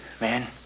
Man